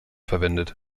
verwendet